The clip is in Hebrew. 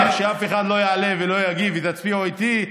אם אתה מבטיח שאף אחד לא יעלה ולא יגיב ותצביעו איתי,